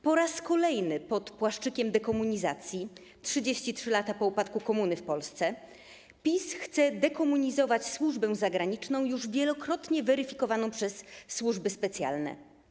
Po raz kolejny pod płaszczykiem dekomunizacji 33 lata po upadku komuny w Polsce PiS chce dekomunizować służbę zagraniczną już wielokrotnie weryfikowaną przez służby specjalne.